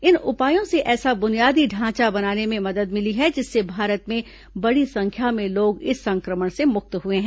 इन उपायों से ऐसा बुनियादी ढांचा बनाने में मदद मिली है जिससे भारत में बडी संख्यां में लोग इस संक्रमण से मुक्त हुए हैं